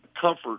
comfort